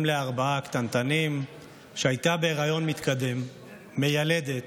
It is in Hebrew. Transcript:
אם לארבעה קטנטנים שהייתה בהיריון מתקדם, מיילדת,